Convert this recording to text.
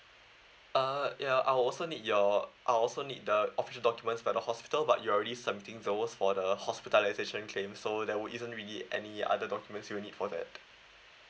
uh ya I'll also need your I'll also need the official documents for the hospital but you're already submitting those for the hospitalization claims so there isn't really any other documents you'll need for that